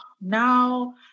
now